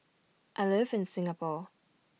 I live in Singapore